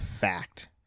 fact